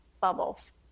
bubbles